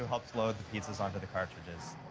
helps load the pizzas onto the cartridges.